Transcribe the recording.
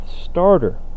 starter